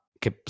che